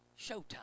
Showtime